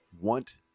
want